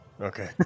Okay